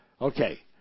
Okay